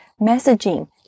messaging